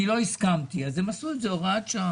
אני לא הסכמתי, אז הם עשו את זה בהוראת שעה.